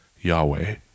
Yahweh